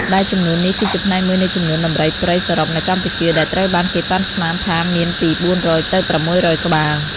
ដែលចំនួននេះគឺជាផ្នែកមួយនៃចំនួនដំរីព្រៃសរុបនៅកម្ពុជា ដែលត្រូវបានគេប៉ាន់ស្មានថាមានពី ៤០០ ទៅ ៦០០ក្បាល។